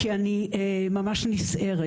כי אני ממש נסערת.